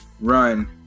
run